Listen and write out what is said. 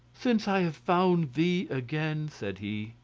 since i have found thee again, said he,